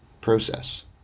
process